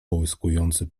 połyskujący